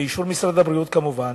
באישור משרד הבריאות כמובן,